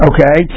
Okay